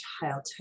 childhood